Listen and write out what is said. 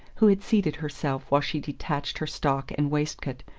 who had seated herself while she detached her stock and waistcoat,